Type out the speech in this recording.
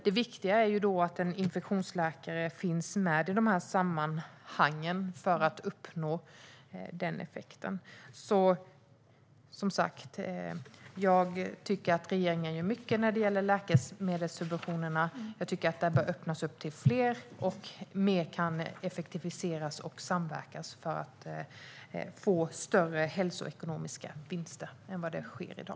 Det viktiga är att en infektionsläkare finns med i de här sammanhangen för att uppnå den positiva effekten. Jag tycker att regeringen gör mycket när det gäller läkemedelssubventionerna, men jag tycker också att det bör öppnas upp för fler, att mer kan effektiviseras och att man kan samverka mer för att få större hälsoekonomiska vinster än i dag.